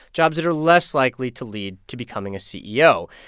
jobs that are less likely to lead to becoming a ceo.